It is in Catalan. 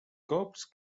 cops